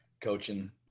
coaching